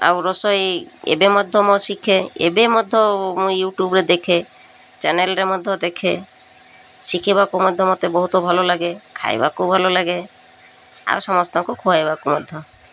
ଆଉ ରୋଷେଇ ଏବେ ମଧ୍ୟ ମୁଁ ଶିଖେ ଏବେ ମଧ୍ୟ ମୁଁ ୟୁଟ୍ୟୁବରେ ଦେଖେ ଚ୍ୟାନେଲରେ ମଧ୍ୟ ଦେଖେ ଶିଖିବାକୁ ମଧ୍ୟ ମୋତେ ବହୁତ ଭଲ ଲାଗେ ଖାଇବାକୁ ଭଲ ଲାଗେ ଆଉ ସମସ୍ତଙ୍କୁ ଖୁଆାଇବାକୁ ମଧ୍ୟ